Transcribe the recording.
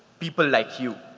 people like you.